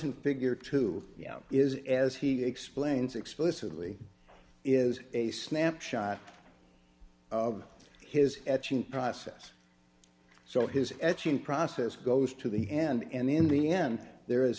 who figure two is as he explains explicitly is a snapshot of his etching process so his etching process goes to the end in the end there is